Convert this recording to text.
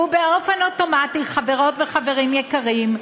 ובאופן אוטומטי, חברות וחברים יקרים,